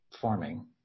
forming